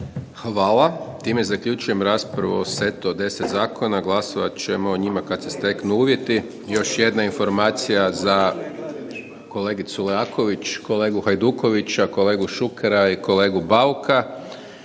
Hvala. Time zaključujem raspravu o setu od 10 zakona, glasovat ćemo o njima kada se steknu uvjeti. Još jedna informacija za kolegicu Leaković, kolegu Hajdukovića, kolegu Šukera i kolegu Bauka,